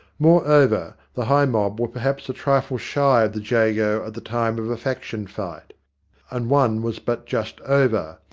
moreover, the high mob were perhaps a trifle shy of the jago at the time of a faction fight and one was but just over,